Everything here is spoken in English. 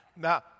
Now